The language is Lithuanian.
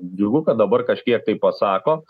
džiugu kad dabar kažkiek tai pasako